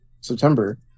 September